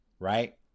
Right